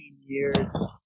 years